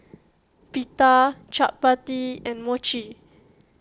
Pita Chapati and Mochi